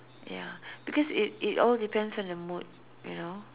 ya because it it all depends on your mood you know